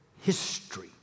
history